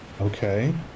Okay